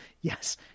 Yes